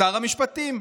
שר המשפטים,